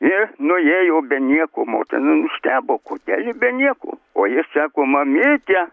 ji nuėjo be nieko motina nustebo kodėl ji be nieko o ji sako mamyte